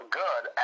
good